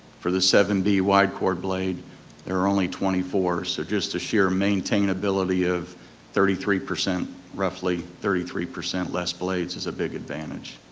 for the seven b wide chord blade there are only twenty four, so just the sheer maintainability of thirty three, roughly thirty three percent less blades is a big advantage.